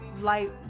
light